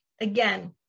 again